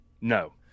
no